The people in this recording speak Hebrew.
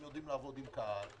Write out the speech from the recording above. יודעים לעבוד עם קהל וכדומה.